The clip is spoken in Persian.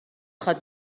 خواد